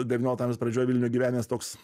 devyniolikto amžiaus pradžioj vilniuj gyvenęs toks